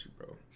bro